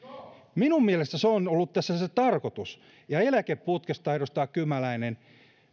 minun mielestäni se on ollut tässä se tarkoitus ja eläkeputkesta edustaja kymäläinen